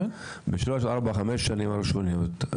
בשלוש-חמש השנים הראשונות,